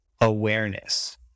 awareness